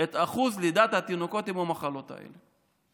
את אחוז לידת התינוקות עם המחלות האלה.